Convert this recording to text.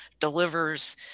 delivers